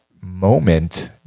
moment